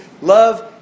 Love